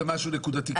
וזה משהו נקודתי כרגע.